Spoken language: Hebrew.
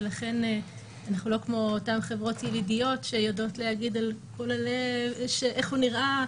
ולכן אנחנו לא כמו אותן חברות ילידיות שיודעות להגיד איך הוא נראה,